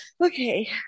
okay